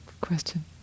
Question